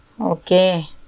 Okay